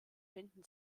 finden